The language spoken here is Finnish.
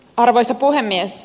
arvoisa puhemies